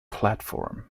platform